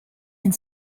and